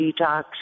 detox